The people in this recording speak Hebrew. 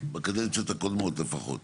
בקדנציות הקודמות לפחות.